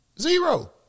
Zero